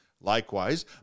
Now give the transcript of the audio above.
likewise